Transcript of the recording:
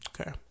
Okay